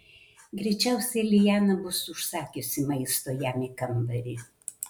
greičiausiai liana bus užsakiusi maisto jam į kambarį